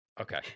Okay